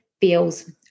feels